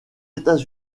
états